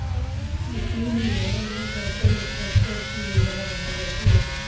वित्तीय निर्धारण में कैपिटल स्ट्रक्चर की योजना बनायीं जाती है